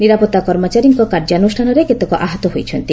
ନିରାପତ୍ତା କର୍ମଚାରୀଙ୍କ କାର୍ଯ୍ୟାନୁଷ୍ଠାନରେ କେତେକ ଆହତ ହୋଇଛନ୍ତି